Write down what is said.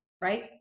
right